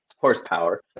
horsepower